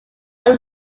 are